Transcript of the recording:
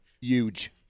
Huge